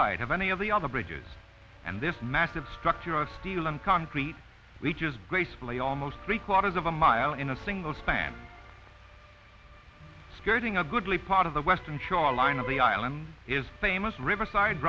height of any of the other bridges and this massive structure of steel and concrete reaches gracefully almost three quarters of a mile in a single span skirting a goodly part of the western shore line of the island is famous riverside